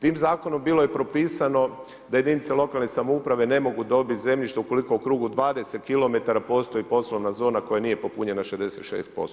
Tim zakonom bilo je propisno da jedinice lokalne samouprave ne mogu dobiti zemljište ukoliko u krugu 20 km postoji poslovna zona koja nije popunjena 66%